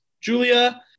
julia